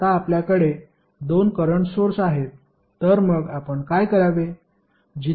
आता आपल्याकडे दोन करंट सोर्स आहेत तर मग आपण काय करावे